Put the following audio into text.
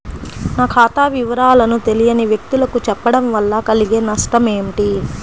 నా ఖాతా వివరాలను తెలియని వ్యక్తులకు చెప్పడం వల్ల కలిగే నష్టమేంటి?